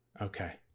okay